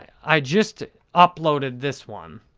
i just uploaded this one.